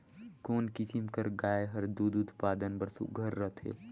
कोन किसम कर गाय हर दूध उत्पादन बर सुघ्घर रथे?